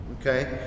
Okay